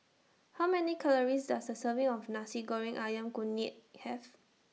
How Many Calories Does A Serving of Nasi Goreng Ayam Kunyit Have